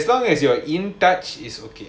but as long as you are in touch is okay